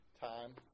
time